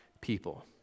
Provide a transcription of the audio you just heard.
people